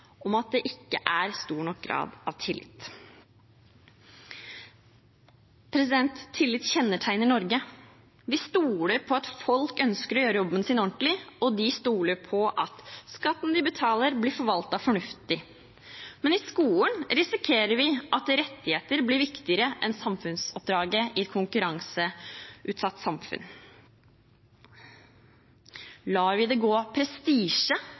om at det ikke er stor nok grad av tillit. Tillit kjennetegner Norge. Vi stoler på at folk ønsker å gjøre jobben sin ordentlig, og de stoler på at skatten de betaler, blir forvaltet fornuftig. Men i skolen risikerer vi at rettigheter blir viktigere enn samfunnsoppdraget i et konkurranseutsatt samfunn. Lar vi det gå prestisje